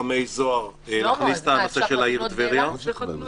חמי זוהר להכניס את העיר טבריה בכל ההקשרים של החוק.